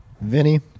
Vinny